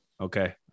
okay